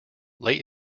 late